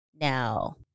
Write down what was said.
now